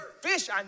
fish